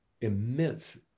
immense